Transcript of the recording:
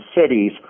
cities